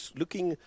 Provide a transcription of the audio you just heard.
looking